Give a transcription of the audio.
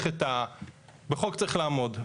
בחוק צריך לעמוד.